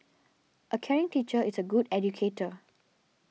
a caring teacher is a good educator